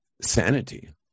sanity